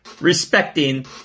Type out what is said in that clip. respecting